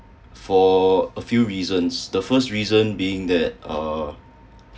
for a few reasons the first reason being that uh